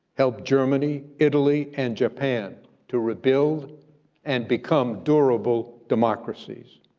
helped germany, italy, and japan to rebuild and become durable democracies.